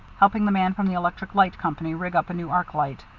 helping the man from the electric light company rig up a new arc light.